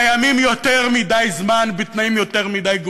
קיימים יותר מדי זמן בתנאים יותר מדי גרועים.